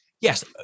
Yes